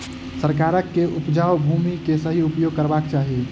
सरकार के उपजाऊ भूमि के सही उपयोग करवाक चाही